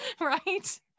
right